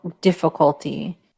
difficulty